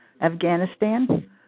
Afghanistan